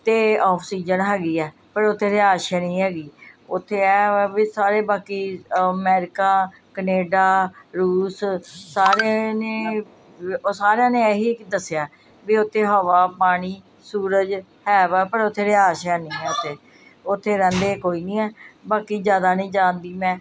ਅਤੇ ਆਕਸੀਜਨ ਹੈਗੀ ਆ ਪਰ ਉੱਥੇ ਰਿਹਾਇਸ਼ ਨਹੀਂ ਹੈਗੀ ਉੱਥੇ ਇਹ ਵਾ ਵੀ ਸਾਰੇ ਬਾਕੀ ਅਮੈਰੀਕਾ ਕਨੇਡਾ ਰੂਸ ਸਾਰੇ ਨੇ ਉਹ ਸਾਰਿਆਂ ਨੇ ਇਹੀ ਕਿ ਦੱਸਿਆ ਵੀ ਉੱਥੇ ਹਵਾ ਪਾਣੀ ਸੂਰਜ ਹੈ ਵਾ ਪਰ ਉੱਥੇ ਰਿਹਾਇਸ਼ ਹੈ ਨਹੀਂ ਉੱਥੇ ਰਹਿੰਦੇ ਕੋਈ ਨਹੀਂ ਹੈ ਬਾਕੀ ਜ਼ਿਆਦਾ ਨਹੀਂ ਜਾਣਦੀ ਮੈਂ